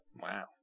Wow